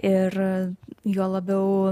ir juo labiau